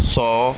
ਸੌ